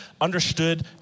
understood